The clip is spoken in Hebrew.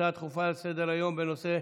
הצעה דחופה לסדר-היום בנושא: